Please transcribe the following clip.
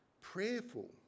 prayerful